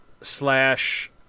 slash –